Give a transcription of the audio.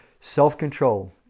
Self-control